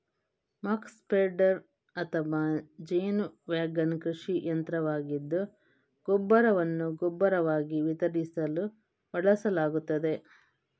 ಮಕ್ spreader ಅಥವಾ ಜೇನು wagon ಕೃಷಿ ಯಂತ್ರವಾಗಿದ್ದು ಗೊಬ್ಬರವನ್ನು ಗೊಬ್ಬರವಾಗಿ ವಿತರಿಸಲು ಬಳಸಲಾಗುತ್ತದೆ